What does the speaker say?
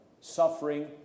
Suffering